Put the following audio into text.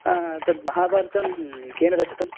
तत् महाभारतं केन रचितं